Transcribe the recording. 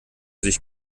sich